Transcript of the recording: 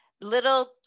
little